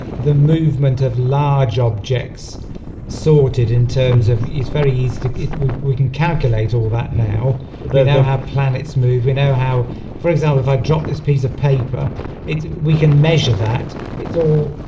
the movement of large objects sorted in terms of is very easy to get we can calculate all that now they'll have have planets move we know how for example if i drop this piece of paper it's we can measure that it's all